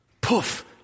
Poof